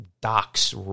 Doc's